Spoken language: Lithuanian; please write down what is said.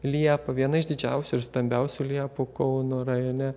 liepą viena iš didžiausių ir stambiausių liepų kauno rajone